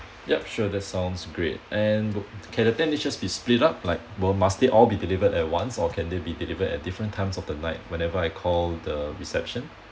yup sure that sounds great and can the ten dishes be split up like were must it all be delivered at once or can they be delivered at different times of the night whenever I call the reception